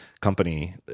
company